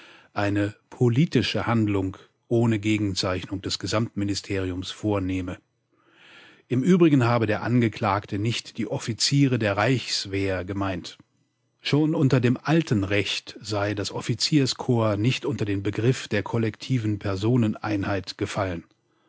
eine politische handlung ohne gegenzeichnung des gesamtministeriums vornehme im übrigen habe der angeklagte nicht die offiziere der reichswehr gemeint schon unter dem alten recht sei das offizierkorps nicht unter den begriff der kollektiven personeneinheit gefallen